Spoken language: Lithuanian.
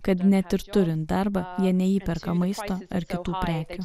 kad net ir turint darbą jie neįperka maisto ar kitų prekių